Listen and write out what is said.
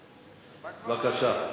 בבקשה.